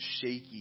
shaky